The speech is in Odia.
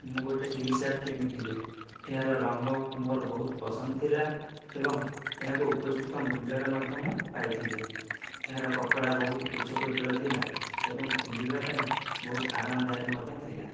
ମୁଁ ଗୋଟିଏ ଟି ସାର୍ଟ କିଣିଥିଲି ଏହାର ରଙ୍ଗ ମୋର ବହୁତ ପସନ୍ଦ ଥିଲା ଏବଂ ଏହାକୁ ଉପଯୁକ୍ତ ମୂଲ୍ୟ ରେ ମଧ୍ୟ ମୁଁ ପାଇଥିଲି ଏହାର କପଡ଼ା ବହୁତ ଉଚ୍ଚ କୋଟିର ଥିଲା ଏବଂ ପିନ୍ଧିବା ପାଇଁ ବହୁତ ଆରାମ ଦାୟକ ମଧ୍ୟ ଥିଲା